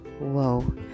whoa